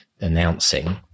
announcing